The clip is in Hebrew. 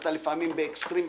ואתה לפעמים באקסטרים,